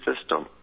system